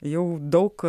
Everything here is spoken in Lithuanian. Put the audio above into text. jau daug